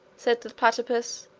said the platypus,